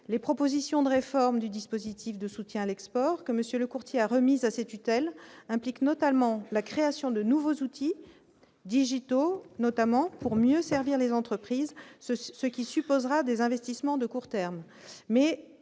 les propositions de réforme du dispositif de soutien à l'export que monsieur le courtier a remis à ses tutelles implique notamment la création de nouveaux outils digitaux, notamment pour mieux servir les entreprises, ce qui supposera des investissements de court terme,